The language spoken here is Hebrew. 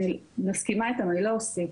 אני מסכימה איתם, אני לא אוסיף.